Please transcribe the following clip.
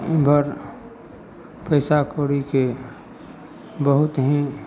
उमहर पैसा कौड़ीके बहुतहीं